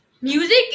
music